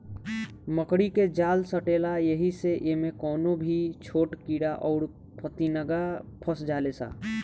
मकड़ी के जाल सटेला ऐही से इमे कवनो भी छोट कीड़ा अउर फतीनगा फस जाले सा